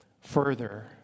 further